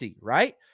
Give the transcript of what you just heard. right